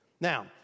Now